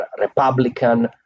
Republican